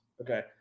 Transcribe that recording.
Okay